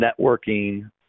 networking